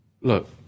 Look